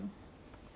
mmhmm